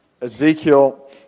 Ezekiel